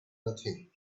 nothing